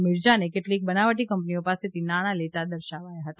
મિરજાને કેટલીક બનાવટી કંપનીઓ પાસેથી નાણાં લેતા દર્શાવાયા હતા